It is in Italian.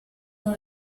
non